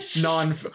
Non